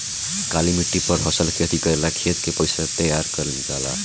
काली मिट्टी पर फसल खेती करेला खेत के कइसे तैयार करल जाला?